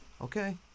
okay